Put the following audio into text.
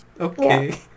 Okay